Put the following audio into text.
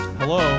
hello